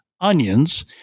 onions